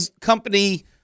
company